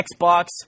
Xbox